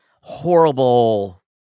horrible